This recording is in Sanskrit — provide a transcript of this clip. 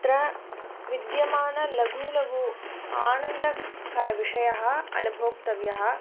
तत्र विद्यमानलघु लघु आनन्दकरः विषयः अनुभोक्तव्यः